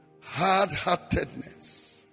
hard-heartedness